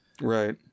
Right